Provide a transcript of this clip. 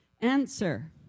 answer